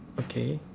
okay